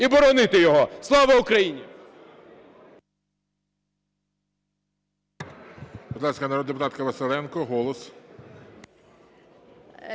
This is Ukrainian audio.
і боронити його. Слава Україні!